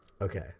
Okay